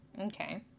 okay